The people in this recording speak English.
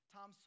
Tom